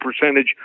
percentage